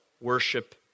worship